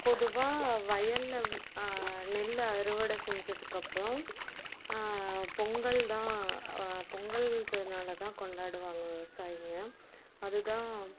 பொதுவாக வயலில் நெல் அறுவடை செஞ்சதுக்கு அப்புறம் பொங்கல் தான் பொங்கல் திருநாளை தான் கொண்டாடுவாங்க விவசாயிங்க அது தான்